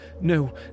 no